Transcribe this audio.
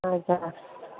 अच्छा